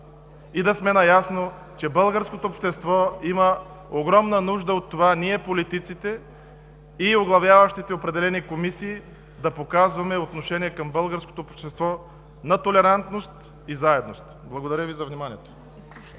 и да сме наясно, че българското общество има огромна нужда ние, политиците, и оглавяващите определени комисии да показваме отношение към българското общество на толерантност и заедност. Благодаря Ви за вниманието.